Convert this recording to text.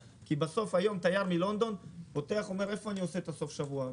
בסופו של דבר תייר מלונדון שואל את עצמו איפה הוא עושה את הסופשבוע.